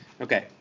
Okay